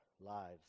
lives